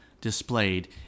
displayed